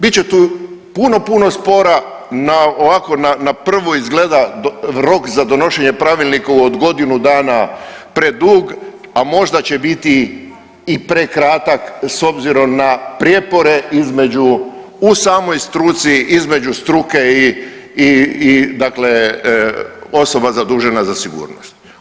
Bit će tu puno, puno spora na, ovako na prvu izgleda rok za donošenje pravilnika od godinu dana predug, a možda će biti i prekratak s obzirom na prijepore između, u samoj struci, između struke i dakle osoba zadužena za sigurnost.